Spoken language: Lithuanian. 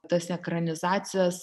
tas ekranizacijas